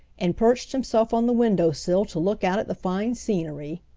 and perched himself on the window sill to look out at the fine scenery.